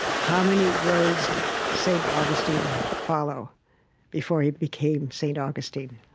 how many roads did st. augustine follow before he became st. augustine?